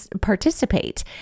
participate